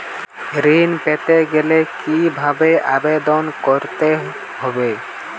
ঋণ পেতে গেলে কিভাবে আবেদন করতে হবে?